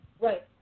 Right